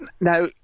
Now